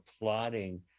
plotting